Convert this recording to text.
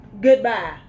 Goodbye